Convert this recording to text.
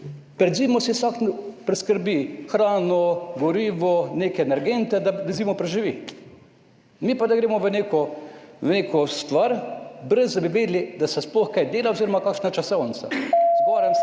pred zimo si vsak priskrbi hrano, gorivo, neke energente, da zimo preživi. Mi gremo v neko stvar, ne da bi vedeli, da se sploh kaj dela oziroma kakšna je časovnica.